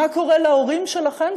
מה קורה להורים שלכם,